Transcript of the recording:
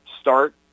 start